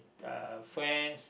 uh friends